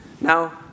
Now